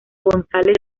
gonzález